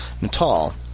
Natal